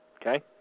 Okay